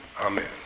Amen